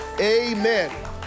Amen